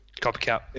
Copycat